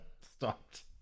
stopped